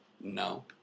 No